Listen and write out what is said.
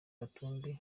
katumbi